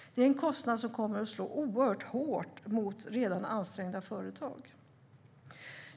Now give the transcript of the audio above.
Det är en kostnad som kommer att slå oerhört hårt mot redan ansträngda företag.